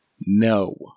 No